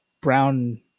brown